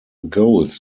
goals